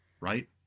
right